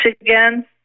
again